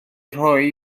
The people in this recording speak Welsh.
rhoi